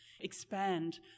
expand